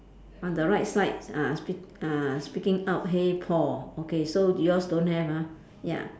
on the right side ah speak uh speaking out hey Paul okay so yours don't have ah ya